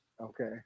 Okay